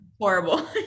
Horrible